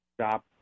stop